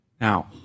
Now